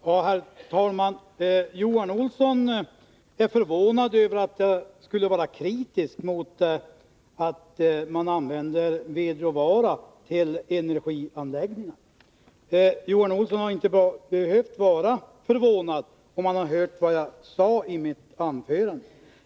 Herr talman! Johan Olsson är förvånad över att jag är kritisk mot att man använder vedråvara till energianläggningar. Johan Olsson hade inte behövt vara förvånad om han hade lyssnat på vad jag sade i mitt anförande.